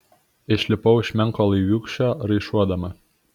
išlipau iš menko laiviūkščio raišuodama